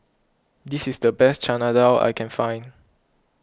this is the best Chana Dal I can find